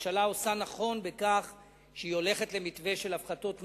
הממשלה עושה נכון בכך שהיא הולכת למתווה של הפחתות מס,